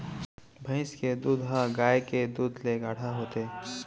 भईंस के दूद ह गाय के दूद ले गाढ़ा होथे